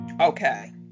Okay